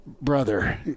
Brother